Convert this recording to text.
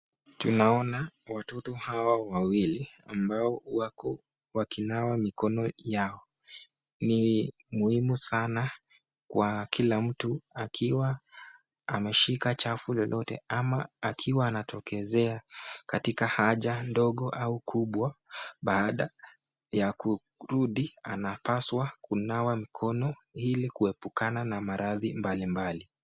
Tunaona watoto hao wawili ambao wakinawa mikono yao. Ni muhimu sana kwa kila mtu akiwa ameshika chafu yoyote ama akiwa anatokezea katika haja ndogo au kubwa baada ya kurudi anapaswa kunawa mkono ili kuepukana na maradhi mbali mbali.